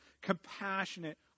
compassionate